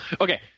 Okay